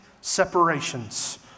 separations